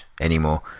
anymore